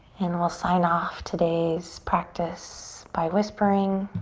and we'll sign off today's practice by whispering,